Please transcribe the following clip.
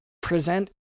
present